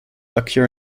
occur